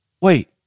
wait